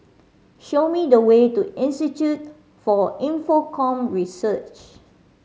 show me the way to Institute for Infocomm Research